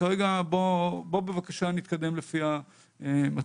כרגע בוא בבקשה נתקדם לפי המצגת.